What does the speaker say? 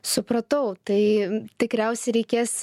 supratau tai tikriausiai reikės